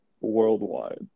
worldwide